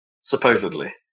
Supposedly